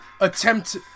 attempt